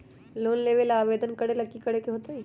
Loan लेबे ला आवेदन करे ला कि करे के होतइ?